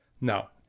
Now